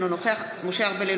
אינו נוכח משה ארבל,